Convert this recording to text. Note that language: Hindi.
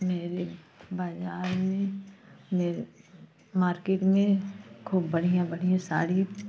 मेरे बाजार में मेरे मार्किट में खूब बढ़िया बढ़िया साड़ी